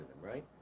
right